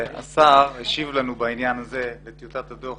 אני אציין שהשר השיב לנו בעניין הזה לטיוטת הדוח